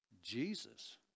Jesus